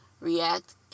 react